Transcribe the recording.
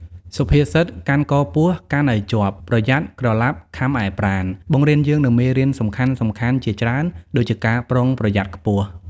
សុភាសិត "កាន់កពស់កាន់ឲ្យជាប់ប្រយ័ត្នក្រឡាប់ខាំឯប្រាណ" បង្រៀនយើងនូវមេរៀនសំខាន់ៗជាច្រើនដូចជាការប្រុងប្រយ័ត្នខ្ពស់។